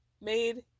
made